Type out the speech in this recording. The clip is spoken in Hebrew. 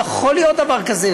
לא יכול להיות דבר כזה,